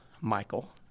Michael